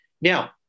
now